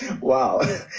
wow